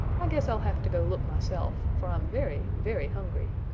i guess i'll have to go look myself, for i'm very, very hungry.